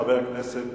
חבר הכנסת